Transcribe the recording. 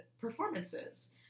performances